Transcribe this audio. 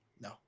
No